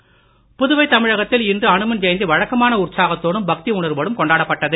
அனுமன் ஜெயந்தி புதுவை தமிழகத்தில் இன்று அனுமன் ஜெயந்தி வழக்கமான உற்சாகத்தோடும் பக்தி உணர்வோடும் கொண்டாடப்பட்டது